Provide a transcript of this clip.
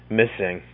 missing